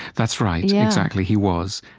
that's right, yeah exactly. he was.